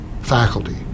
faculty